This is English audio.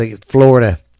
Florida